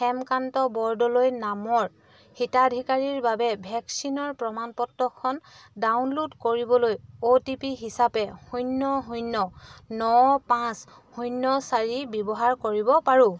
হেমকান্ত বৰদলৈ নামৰ হিতাধিকাৰীৰ বাবে ভেকচিনৰ প্ৰমাণপত্ৰখন ডাউনলোড কৰিবলৈ অ' টি পি হিচাপে শূন্য শূন্য ন পাঁচ চাৰি শূন্য ব্যৱহাৰ কৰিব পাৰোঁ